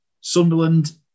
Sunderland